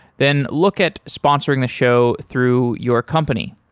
then look at sponsoring the show through your company.